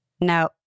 No